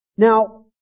Now